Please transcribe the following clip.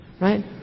Right